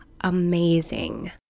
amazing